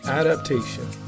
adaptation